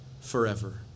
forever